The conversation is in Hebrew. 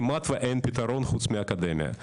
כמעט ואין פתרון חוץ מאקדמיה.